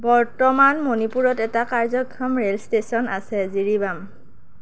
বৰ্তমান মণিপুৰত এটা কাৰ্যক্ষম ৰে'ল ষ্টেচন আছে জিৰিবাম